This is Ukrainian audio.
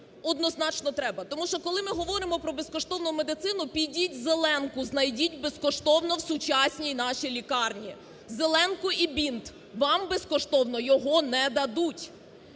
Однозначно треба. Тому що коли ми говоримо про безкоштовну медицину, підіть "зеленку" знайдіть безкоштовно в сучасній нашій лікарні. "Зеленку" і бинт, вам безкоштовно його не дадуть.